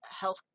health